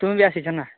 ତୁମେ ବି ଆସିଛ ନା